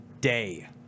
day